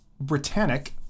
Britannic